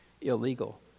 illegal